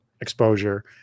exposure